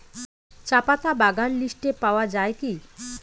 চাপাতা বাগান লিস্টে পাওয়া যায় কি?